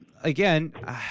again